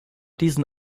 diesen